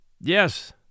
Yes